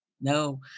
No